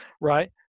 right